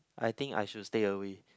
I think I should stay away